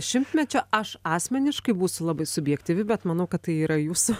šimtmečio aš asmeniškai būsiu labai subjektyvi bet manau kad tai yra jūsų